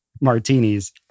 martinis